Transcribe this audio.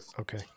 okay